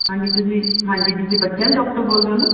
ਹਾਂਜੀ ਤੁਸੀਂ ਹਾਂਜੀ ਤੁਸੀਂ ਬੱਚਿਆਂ ਦੇ ਡਾਕਟਰ ਬੋਲਦੇ ਹੋ ਨਾ